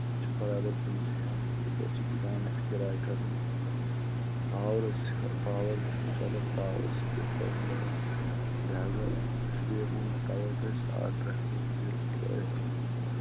یِم چھِ بَرابَر پوٚنٛسہٕ ہیٚوان یپٲرۍ چِھ دُکانَس کِراے کھسَن پاورس چھِ پاور چھُ چَلان پاورس چھِ بِل پیٚوان بَرٕنۍ لہذا اِسلیے ووٚن مےٚ تَوے تۅہہِ ساڑ ترٛےٚ ہَتھ رۅپیہِ چھِ أسۍ سِلٲے ہیٚوان